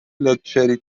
لاکچری